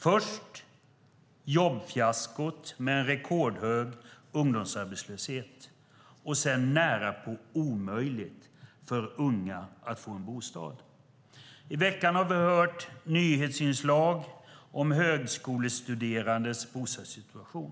Först är det jobbfiaskot med en rekordhög ungdomsarbetslöshet, sedan är det närmast omöjligt för unga att få en bostad. I veckan har vi hört nyhetsinslag om högskolestuderandes bostadssituation.